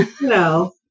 No